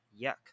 yuck